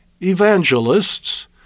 evangelists